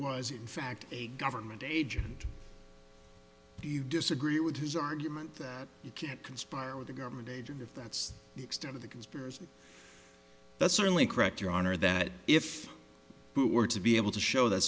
was in fact a government agent do you disagree with his argument that you can't conspire with a government agent if that's the extent of the conspirators that's certainly correct your honor that if you were to be able to show th